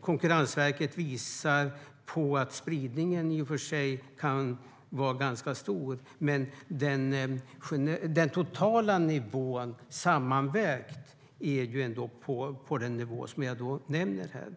Konkurrensverket anger att spridningen i och för sig kan vara ganska stor, men den totala nivån sammanvägt är den som jag nämnde.